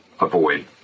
avoid